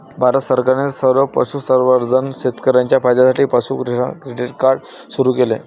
भारत सरकारने सर्व पशुसंवर्धन शेतकर्यांच्या फायद्यासाठी पशु किसान क्रेडिट कार्ड सुरू केले